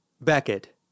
Beckett